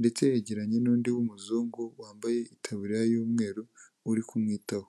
ndetse yegeranye n'undi w'umuzungu wambaye itaburiya y'umweru uri kumwitaho.